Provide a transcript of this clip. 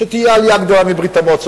שתהיה עוד עלייה גדולה מברית-המועצות.